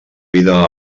vida